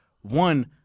one